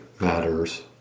matters